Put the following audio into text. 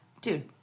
dude